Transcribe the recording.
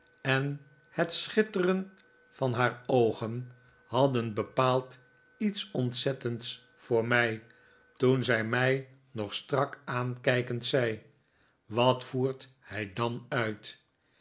en het schitteren van haar oogen hadden bepaald iets ontzettends voor mij toen zij mij nog strak aankijkend zei wat voert hij dan uit